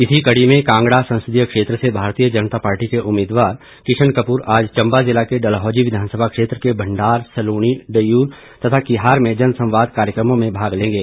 इसी कड़ी में कांगड़ा संसदीय क्षेत्र से भारतीय जनता पार्टी के उम्मीदवार किशन कपूर आज चंबा जिला के डलहौजी विधानसभा क्षेत्र के भंडार सलूणी डयूर तथा किहार में जनसंवाद कार्यक्रमों में भाग लेंगे